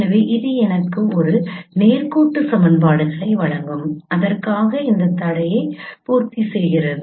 எனவே இது எனக்கு ஒரு நேர்கோட்டு சமன்பாடுகளை வழங்கும் அதற்காக இந்த தடையை பூர்த்தி செய்கிறது